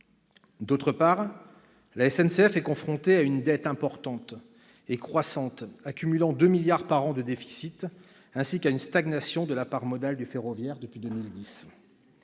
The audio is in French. D'autre part, la SNCF est confrontée à une dette importante et croissante- elle accumule 2 milliards d'euros par an de déficit -ainsi qu'à une stagnation de la part modale du ferroviaire depuis 2010.